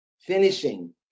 finishing